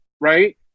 right